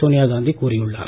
சோனியா காந்தி கூறியுள்ளார்